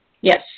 Yes